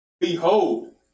Behold